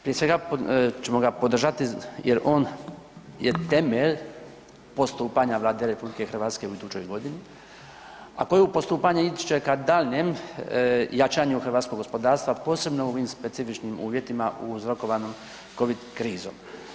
Prije svega ćemo ga podržati jer on je temelj postupanja Vlade RH u idućoj godinu, a koje u postupanje ići će ka daljnjem jačanju hrvatskog gospodarstva posebno u ovim specifičnim uvjetima uzrokovanim Covid krizom.